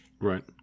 Right